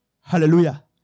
Hallelujah